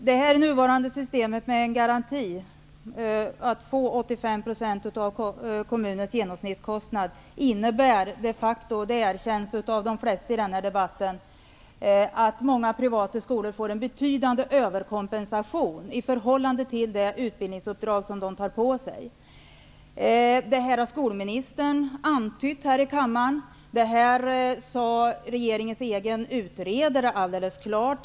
Herr talman! Det nuvarande systemet med en garanti för 85 % av kommunens genomsnittskostnader innebär de facto, det erkänns av de flesta i den här debatten, att många privata skolor får en betydande överkompensation i förhållande till det utbildningsuppdrag som de tar på sig. Det här har skolministern antytt här i kammaren och det här sade regeringens egen utredare alldeles klart.